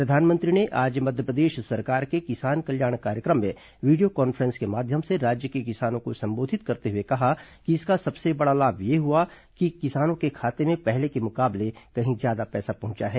प्रधानमंत्री ने आज मध्यप्रदेश सरकार के किसान कल्याण कार्यक्रम में वीडियो कांफ्रेंस के माध्यम से राज्य के किसानों को संबोधित करते हुए कहा कि इसका सबसे बड़ा लाभ ये हुआ है कि किसानों के खाते में पहले के मुकाबले कहीं ज्यादा पैसा पहुंचा है